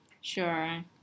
Sure